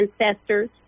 ancestors